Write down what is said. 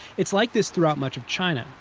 it's like this throughout much of china.